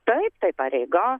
taip tai pareiga